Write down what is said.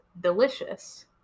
delicious